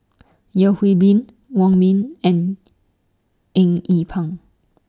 Yeo Hwee Bin Wong Ming and Eng Yee Peng